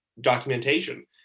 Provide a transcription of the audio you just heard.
documentation